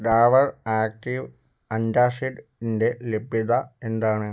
Dabur active antacid ന്റെ ലഭ്യത എന്താണ്